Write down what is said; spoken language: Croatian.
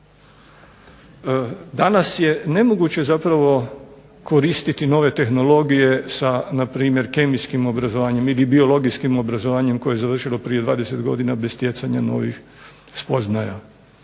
Danas je nemoguće koristiti nove tehnologije sa na primjer kemijskim obrazovanjem ili biologijskim obrazovanjem koje je završilo prije 20 godina bez stjecanja novih spoznaja,